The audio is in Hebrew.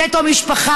"נטו משפחה",